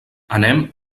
anem